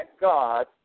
God